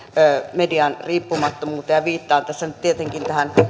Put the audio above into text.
median riippumattomuuteen viittaan tässä nyt tietenkin tähän